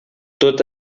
tot